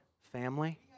family